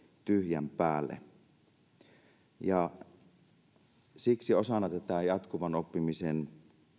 tyhjän päälle siksi osana tätä jatkuvan oppimisen